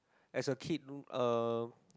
as a kid uh